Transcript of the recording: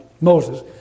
Moses